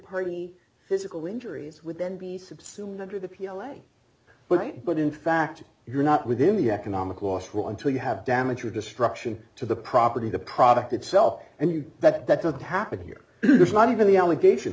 party physical injuries would then be subsumed under the p l a but but in fact you're not within the economic loss rule until you have damage or destruction to the property the product itself and you that that doesn't happen here there's not even the allegation